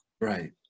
right